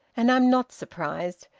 and i'm not surprised.